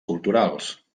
culturals